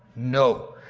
no,